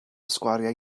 sgwariau